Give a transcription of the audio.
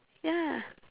ya